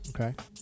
Okay